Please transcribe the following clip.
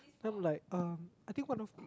some like uh I think one of